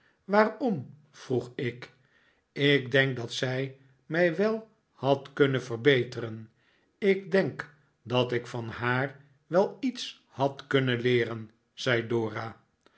waarom vroeg ik ik denk dat zij mij wel had kunnen verbeteren ik denk dat ik van haar wel iets had kunnen leeren zei dora